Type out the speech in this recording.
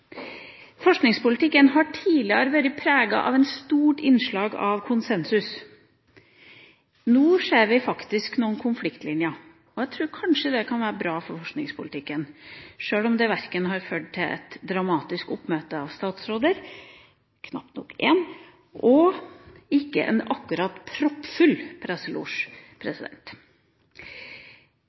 Forskningspolitikken har tidligere vært preget av et stort innslag av konsensus. Nå ser vi faktisk noen konfliktlinjer, og jeg tror kanskje det kan være bra for forskningspolitikken, selv om det har ført til verken et dramatisk oppmøte av statsråder – knapt nok én – eller en akkurat proppfull